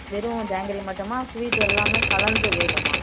வெறும் ஜாங்கிரி மட்டுமா ஸ்வீட்டு எல்லாமே கலந்து வேணுமா